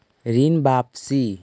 ऋण वापसी?